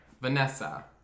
Vanessa